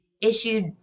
issued